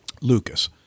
Lucas